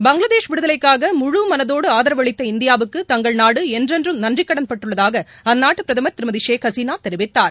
பங்ளாதேஷ் விடுதலைக்காக முழுமனதோடு ஆதரவு அளித்த இந்தியாவுக்கு தங்கள் நாடு என்றென்றும் நன்றிக்கடன் பட்டுள்ளதாக அந்நாட்டு பிரதமர் திருமதி ஷேக் ஹசீனா தெரிவித்தார்